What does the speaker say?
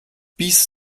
bis